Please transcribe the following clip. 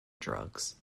drugs